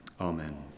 Amen